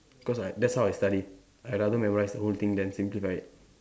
cause I that's how I study I rather memorise the whole thing than simplify it